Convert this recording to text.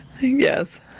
Yes